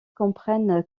comprennent